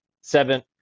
Seven